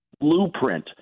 blueprint